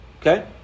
Okay